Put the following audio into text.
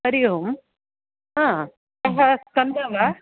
हरि ओम् क स्कन्द वा